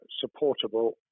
supportable